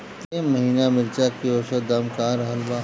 एह महीना मिर्चा के औसत दाम का रहल बा?